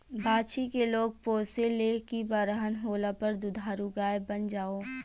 बाछी के लोग पोसे ले की बरहन होला पर दुधारू गाय बन जाओ